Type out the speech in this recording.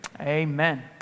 Amen